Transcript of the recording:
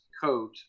coat